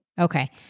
Okay